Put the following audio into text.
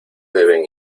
deben